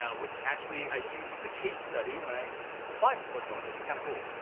ah which actually i used as a case study when i applied for clickfunnels, which is kinda cool.